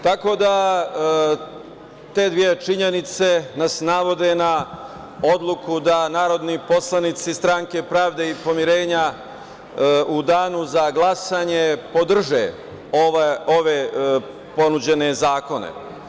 Tako da, te dve činjenice nas navode na odluku da narodni poslanici Stranke pravde i pomirenja u danu za glasanje podrže ove ponuđene zakone.